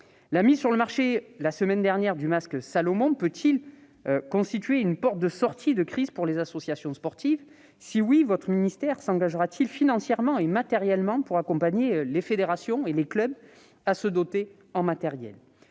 La mise sur le marché la semaine dernière du masque fabriqué par Salomon peut-elle constituer une porte de sortie de crise pour les associations sportives ? Si oui, votre ministère s'engagera-t-il financièrement et matériellement pour aider les fédérations et les clubs à se doter en matériel ?